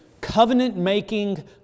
covenant-making